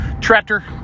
tractor